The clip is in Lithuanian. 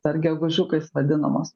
dar gegužiukais vadinamos